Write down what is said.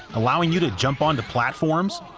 allowing you to jump on to platforms,